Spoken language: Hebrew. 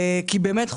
כי באמת,